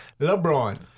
LeBron